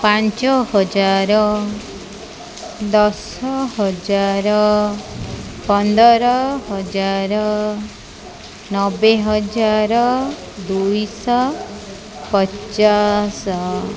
ପାଞ୍ଚ ହଜାର ଦଶ ହଜାର ପନ୍ଦର ହଜାର ନବେ ହଜାର ଦୁଇଶହ ପଚାଶ